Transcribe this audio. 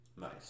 Nice